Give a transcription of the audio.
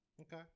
okay